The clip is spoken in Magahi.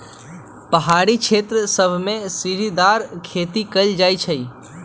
पहारी क्षेत्र सभमें सीढ़ीदार खेती कएल जाइ छइ